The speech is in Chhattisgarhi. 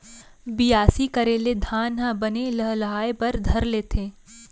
बियासी करे ले धान ह बने लहलहाये बर धर लेथे